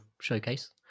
showcase